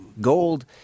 gold